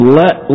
let